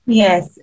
yes